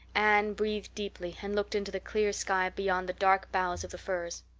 anne breathed deeply, and looked into the clear sky beyond the dark boughs of the firs.